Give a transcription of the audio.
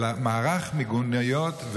אלא מערך מיגוניות,